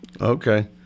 Okay